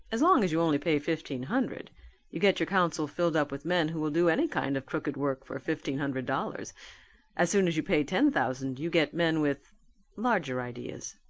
as long as you only pay fifteen hundred you get your council filled up with men who will do any kind of crooked work for fifteen hundred dollars as soon as you pay ten thousand you get men with larger ideas.